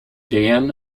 dan